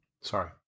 Sorry